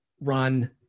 run